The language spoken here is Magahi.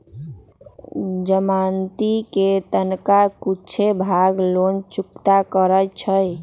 जमानती कें तनका कुछे भाग लोन चुक्ता करै छइ